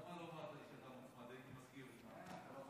למה לא אמרת לי, הייתי מזכיר אותך.